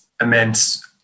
immense